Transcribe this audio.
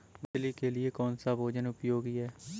मछली के लिए कौन सा भोजन उपयोगी है?